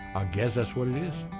guess that's what it is.